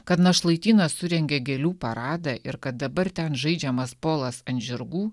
kad našlaitynas surengė gėlių paradą ir kad dabar ten žaidžiamas polas ant žirgų